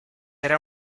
era